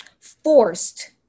forced